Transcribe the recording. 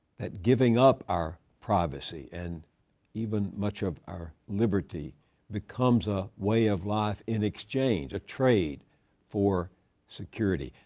that giving up our privacy and even much of our liberty becomes a way of life in exchange, a trade for security?